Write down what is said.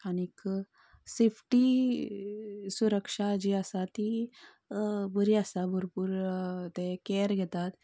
आनीक सेफ्टी सुरक्षा जी आसा ती बरी आसता भरपूर ते कॅर घेतात